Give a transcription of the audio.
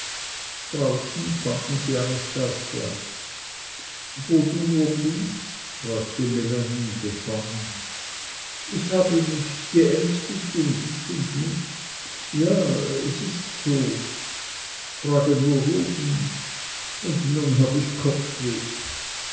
draußen fanden sie anastasia wo du nur bliebst fragte melanie befangen ich habe mich geängstigt um dich und mich ja es ist so frage nur und nun hab ich kopfweh